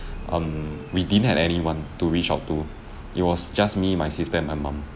um we didn't had anyone to reach out to it was just me my sister my mum